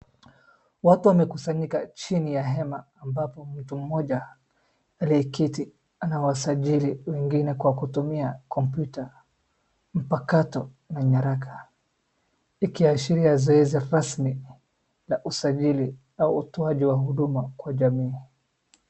Watu wamekusanyika chini ya hema ambapo mtu mmoja aliyeketi anawasajili wengine kwa kutumia kompyuta mpakato na nyaraka. Ikiashiria zoezi rasmi la usajili au utoaji wa huduma kwa jamii.